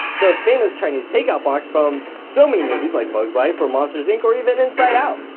the famous chinese takeout box from so many movies like bugs life, or monsters inc, or even inside out,